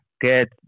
get